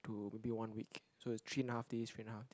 to maybe one week so is three and a half days three and a half day